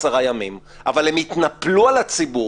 עשרה ימים אבל הם התנפלו על הציבור,